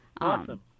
Awesome